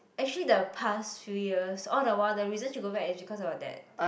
actually the past few years all the while the reason she go back is because of her dad